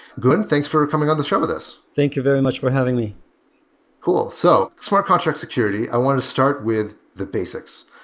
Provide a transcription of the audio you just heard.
gun, thanks for coming on the show with us thank you very much for having me cool. so smart contract security, i want to start with the basics.